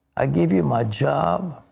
i give you my job.